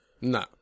No